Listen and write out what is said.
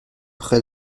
près